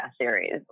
series